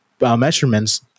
measurements